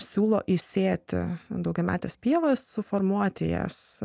siūlo įsėti daugiametės pievos suformuoti jas